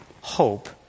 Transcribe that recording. hope